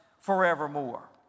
forevermore